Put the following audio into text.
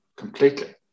Completely